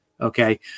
okay